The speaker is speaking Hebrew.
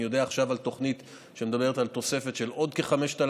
אני יודע עכשיו על תוכנית שמדברת על תוספת של עוד כ-5,000,